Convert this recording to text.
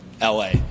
la